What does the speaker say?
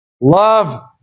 Love